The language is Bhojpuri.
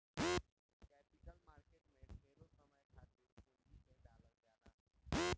कैपिटल मार्केट में ढेरे समय खातिर पूंजी के डालल जाला